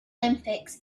olympics